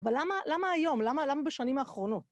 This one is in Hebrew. אבל למה... למה היום? למה... למה בשנים האחרונות?